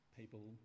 people